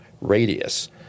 radius